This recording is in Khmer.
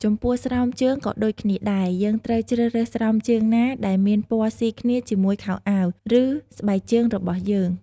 ចំពោះស្រោមជើងក៏ដូចគ្នាដែរយើងត្រូវជ្រើសរើសស្រោមជើងណាដែលមានពណ៌ស៊ីគ្នាជាមួយខោអាវ ឬស្បែកជើងរបស់យើង។